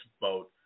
vote